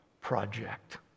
Project